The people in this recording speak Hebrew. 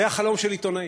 זה החלום של עיתונאי.